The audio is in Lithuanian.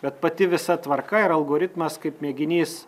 bet pati visa tvarka ir algoritmas kaip mėginys